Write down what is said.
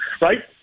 right